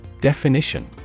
Definition